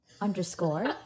underscore